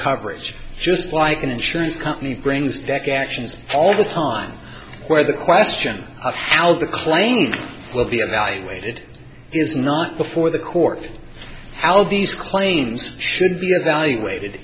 coverage just like an insurance company brings deck actions all the time where the question of how the claims of the evaluated is not before the court how these claims should be evaluated